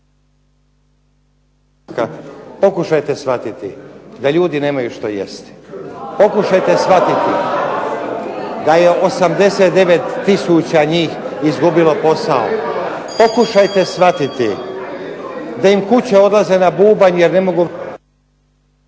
Pokušajte shvatiti da ljudi nemaju što jesti, pokušajte shvatiti da je 89000 njih izgubilo posao, pokušajte shvatiti da im kuće odlaze na bubanj jer ne mogu